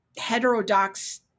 heterodox